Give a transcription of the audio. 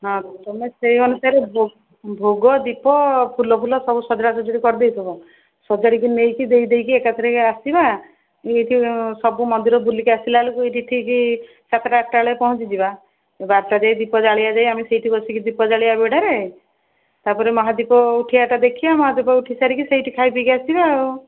ହଁ ତୁମେ ସେଇ ଅନୁସାରେ ଭୋଗ ଦୀପ ଫୁଲଫୁଲ ସବୁ ସଜଡ଼ା ସଜାଡ଼ି କରିଦେଇଥିବ ସଜାଡ଼ିକି ନେଇକି ଦେଇଦେଇକି ଏକାଥରେକେ ଆସିବା ମୁଁ ଏଇଠି ସବୁ ମନ୍ଦିର ବୁଲିକି ଆସିଲାବେଳକୁ ଏଇଠି ଠିକି ସାତଟା ଆଠଟା ବେଳେ ପହଞ୍ଚିଯିବା ବାରଟା ଯାଏଁ ଦୀପ ଜାଳିବା ଯେ ସେଇଠି ବସିକି ଦୀପ ଜାଳିବା ବେଢ଼ାରେ ତାପରେ ମହାଦୀପ ଉଠିଆଟା ଦେଖିବା ମହାଦୀପ ଉଠିସାରିକି ସେଇଠି ଖାଇପିଇକି ଆସିବା ଆଉ